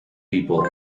people